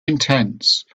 intense